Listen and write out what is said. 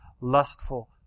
lustful